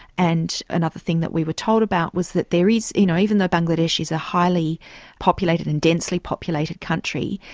and another thing that we were told about was that there is, you know, even though bangladesh is a highly populated and densely populated country,